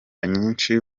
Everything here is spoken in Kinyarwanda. nyinshi